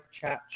Chat